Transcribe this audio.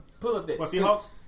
Seahawks